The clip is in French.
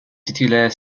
titulaire